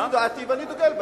זו דעתי ואני דוגל בה.